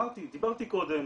דיברתי קודם,